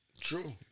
True